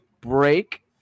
break